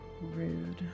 Rude